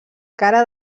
cara